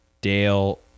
Dale